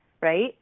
Right